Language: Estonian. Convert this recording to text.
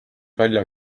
välja